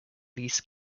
lease